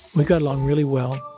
we got along really well.